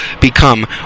become